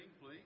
please